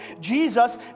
Jesus